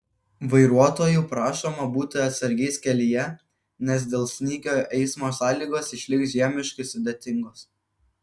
vairuotojų prašoma būti atsargiais kelyje nes dėl snygio eismo sąlygos išliks žiemiškai sudėtingos